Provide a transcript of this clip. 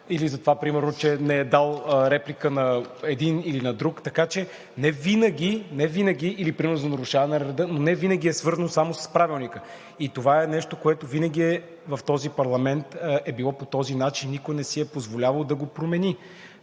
или за това, че не е дал реплика на един или на друг, или примерно за нарушаване на реда, но невинаги е свързано само с Правилника. И това е нещо, което винаги в този парламент е било по този начин. Никой не си е позволявал да го промени.